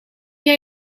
jij